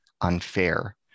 unfair